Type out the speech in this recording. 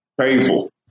Painful